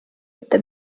ette